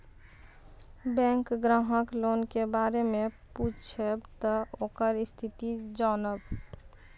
Bank ग्राहक loan के बारे मैं पुछेब ते ओकर स्थिति जॉनब?